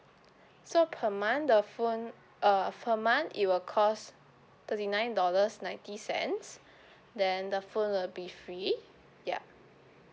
so per month the phone uh per month it will cost thirty nine dollars ninety cents then the phone will be free ya